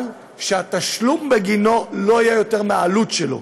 אבל שהתשלום בגינו לא יהיה יותר מהעלות שלו.